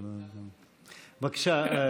בבקשה.